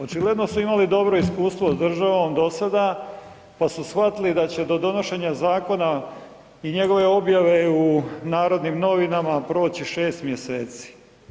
Očigledno su imali dobro iskustvo s državom do sada pa su shvatili da će do donošenja zakona i njegove objave u Narodnim novinama proći 6 mjeseci.